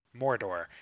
Mordor